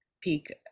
peak